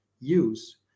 use